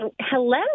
Hello